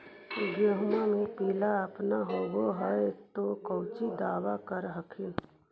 गोहुमा मे पिला अपन होबै ह तो कौची दबा कर हखिन?